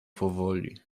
powoli